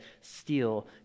steal